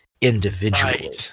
individually